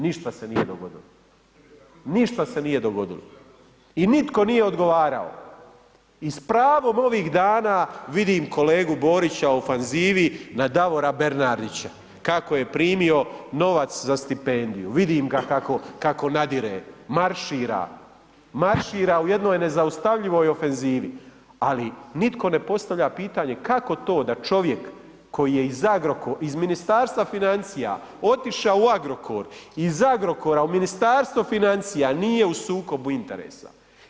Ništa se nije dogodilo Ništa se nije dogodilo, ništa se nije dogodilo i nitko nije odgovarao i s pravom ovih dana vidim kolegu Borića u ofanzivi na Davora Bernardića kako je primio novac za stipendiju, vidim ga kako nadire, maršira, maršira u jednoj nezaustavljivoj ofenzivi, ali nitko ne postavlja pitanje kako to da čovjek koji je iz Ministarstva financija otišao u Agrokor, iz Agrokora u Ministarstvo financija nije u sukobu interesa.